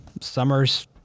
Summer's